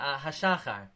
Hashachar